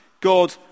God